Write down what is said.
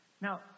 Now